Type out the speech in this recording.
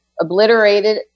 obliterated